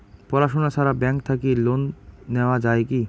পড়াশুনা ছাড়া ব্যাংক থাকি লোন নেওয়া যায় কি?